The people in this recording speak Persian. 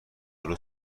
روز